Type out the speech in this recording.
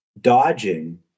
Dodging